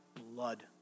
blood